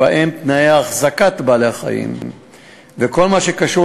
ובהם תנאי החזקת בעלי-החיים וכל מה שקשור